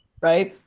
right